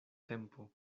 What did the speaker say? tempo